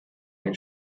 ein